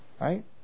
Right